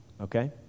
okay